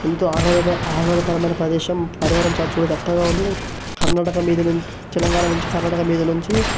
ఎంతో ఆహ్లాదంగా ఆహ్లాదకరమైన ప్రదేశం పరివారం చూడచక్కగా ఉంది కర్ణాటక మీద నుం తెలంగాణ నుంచి కర్ణాటక మీద నుంచి